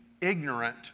ignorant